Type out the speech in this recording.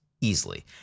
easily